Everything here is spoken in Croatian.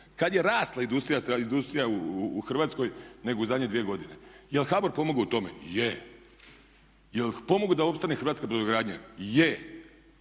Kada je rasla industrija u Hrvatskoj nego u zadnje 2 godine? Je li HBOR pomogao u tome? Je. Je li pomogao da opstane hrvatska brodogradnja? Je.